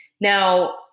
Now